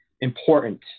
important